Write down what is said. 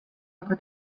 aga